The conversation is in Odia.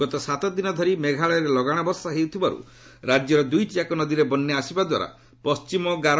ଗତ ସାତ ଦିନ ଧରି ମେଘାଳୟରେ ଲଗାଣ ବର୍ଷା ହେଉଥିବାର୍ତ ରାଜ୍ୟର ଦୁଇଟିଯାକ ନଦୀରେ ବନ୍ୟା ଆସିବା ଦ୍ୱାରା ପଣ୍ଟିମଗାରେ